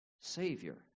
savior